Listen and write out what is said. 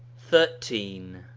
thirteen.